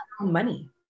money